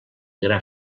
gra